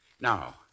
Now